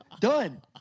Done